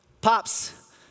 Pops